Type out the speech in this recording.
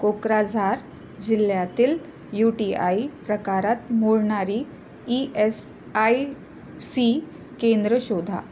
कोक्राझार जिल्ह्यातील U T I प्रकारात मोडणारी ई एस आय सी केंद्र शोधा